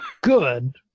good